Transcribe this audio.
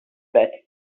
bet